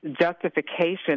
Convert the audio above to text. justification